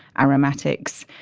aromatics,